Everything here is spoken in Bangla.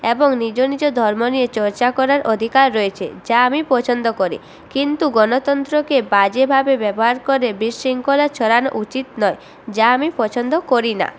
এবং নিজ নিজ ধর্ম নিয়ে চর্চা করার অধিকার রয়েছে যা আমি পছন্দ করি কিন্তু গণতন্ত্রকে বাজেভাবে ব্যবহার করে বিশৃঙ্খলা ছড়ানো উচিত নয় যা আমি পছন্দ করি না